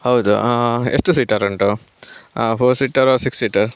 ಹೌದು ಎಷ್ಟು ಸೀಟರ್ ಉಂಟು four seater or six seater